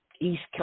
East